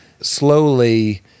slowly